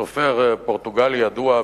סופר פורטוגלי ידוע,